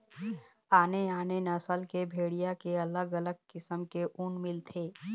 आने आने नसल के भेड़िया के अलग अलग किसम के ऊन मिलथे